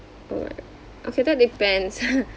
oh right okay that depends